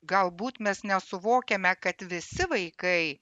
galbūt mes nesuvokiame kad visi vaikai